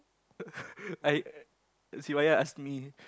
I Sivaya ask me